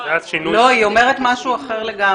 לא, היא אומרת משהו אחר לגמרי.